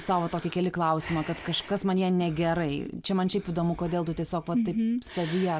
sau va tokį keli klausimą kad kažkas manyje negerai čia man šiaip įdomu kodėl tu tiesiog vat taip savyje